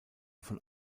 von